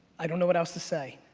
i don't know what else to say.